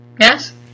Yes